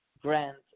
grant